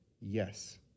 yes